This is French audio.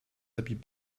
habits